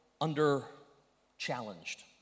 under-challenged